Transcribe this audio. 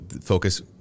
focus